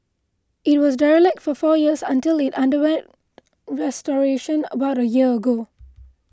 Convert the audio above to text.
it was derelict for four years until it underwent restoration about a year ago